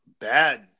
bad